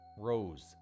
rose